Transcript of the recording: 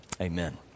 Amen